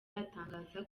aratangaza